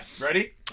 Ready